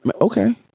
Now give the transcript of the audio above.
Okay